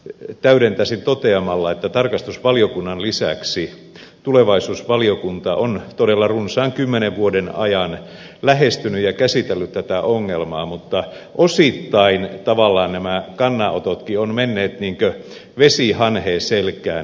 täydentäisin toteamalla että tarkastusvaliokunnan lisäksi tulevaisuusvaliokunta on todella runsaan kymmenen vuoden ajan lähestynyt ja käsitellyt tätä ongelmaa mutta osittain tavallaan nämä kannanototkin ovat menneet niin kuin vesi hanhen selästä